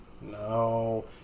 No